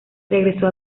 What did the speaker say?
regresó